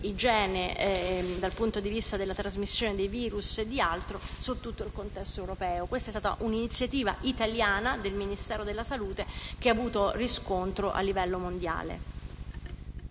igiene, dal punto di vista della trasmissione dei virus e di altro, su tutto il contesto europeo. Questa è stata un'iniziativa italiana, del Ministero della salute, che ha avuto riscontro a livello mondiale.